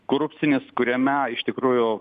korupcinis kuriame iš tikrųjų